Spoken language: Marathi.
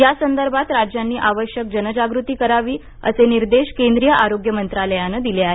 या संदर्भात राज्यांनी आवश्यक जनजागृती करावी असे निर्देश केंद्रीय आरोग्य मंत्रालयानं दिले आहेत